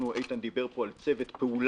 איתן כבל דיבר פה על צוות פעולה,